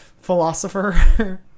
philosopher